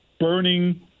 burning